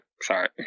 Sorry